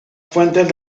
fuentes